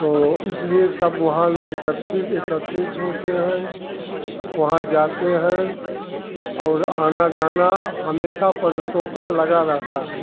तो इसलिए सब वहाँ लोग एक्कठित एकत्रित होते हैं वहाँ जाते हैं और आना जाना हमेशा पर्यटों का लगा रहता है